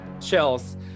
chills